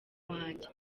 wanjye